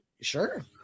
Sure